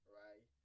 right